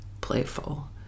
playful